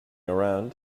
around